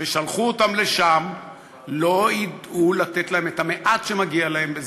ושלחו אותם לשם לא ידעו לתת להם את המעט שמגיע להם,